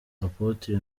apotre